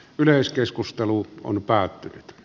yleiskeskustelu on päättynyt p